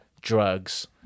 drugs